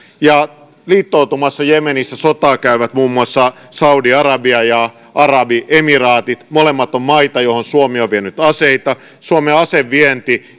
ja liittoutumassa jemenissä sotaa käyvät muun muassa saudi arabia ja arabiemiraatit molemmat ovat maita joihin suomi on vienyt aseita suomen asevienti